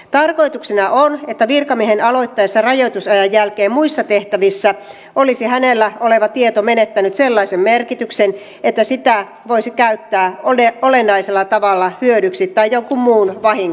tarkoituksena on että virkamiehen aloittaessa rajoitusajan jälkeen muissa tehtävissä olisi hänellä oleva tieto menettänyt sellaisen merkityksen että sitä voisi käyttää olennaisella tavalla hyödyksi tai jonkun muun vahingoksi